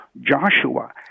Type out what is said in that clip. Joshua